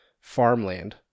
farmland